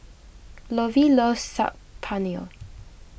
Lovey loves Saag Paneer